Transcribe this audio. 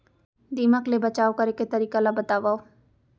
दीमक ले बचाव करे के तरीका ला बतावव?